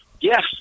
Yes